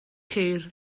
ceir